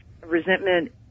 resentment